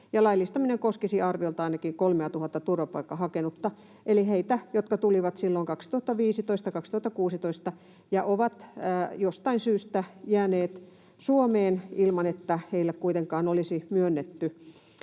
laillistaminen koskisi arviolta ainakin 3 000:ta turvapaikkaa hakenutta, eli heitä, jotka tulivat silloin 2015—2016 ja ovat jostain syystä jääneet Suomeen ilman, että heille kuitenkaan olisi myönnetty